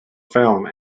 film